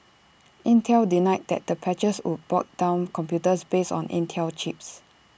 Intel denied that the patches would bog down computers based on Intel chips